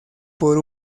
por